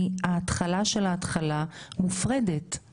חלק מפירות ההדר גם